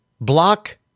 block